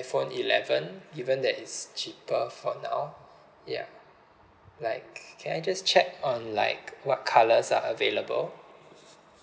iphone eleven given that it's cheaper for now ya like can I just check on like what colours are available